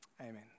amen